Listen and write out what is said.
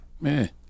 man